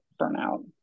burnout